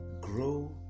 grow